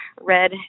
red